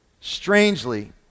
Strangely